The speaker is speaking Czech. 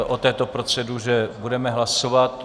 O této proceduře budeme hlasovat.